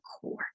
core